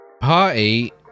party